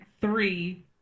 three